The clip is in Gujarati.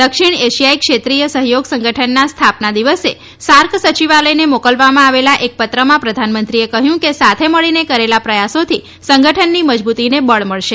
દક્ષિણ એશિયાઈ ક્ષેત્રીય સહયોગ સંગઠનના સ્થાપના દિવસે સાર્ક સચિવાલયને મોકલવામાં આવેલ એક પત્રમાં પ્રધાનમંત્રીએ કહ્યું કે સાથે મળીને કરેલા પ્રયાસોથી સંગઠનની મજબૂતીને બળ મળશે